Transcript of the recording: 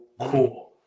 cool